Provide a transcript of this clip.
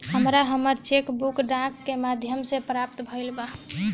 हमरा हमर cheque book डाक के माध्यम से प्राप्त भईल बा